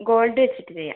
gold വെച്ചിട്ട് ചെയ്യാം